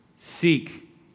Seek